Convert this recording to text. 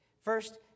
First